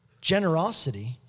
generosity